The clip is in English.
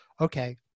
okay